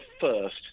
first